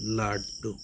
laddu